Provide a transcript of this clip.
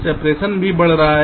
separation भी बढ़ रहा है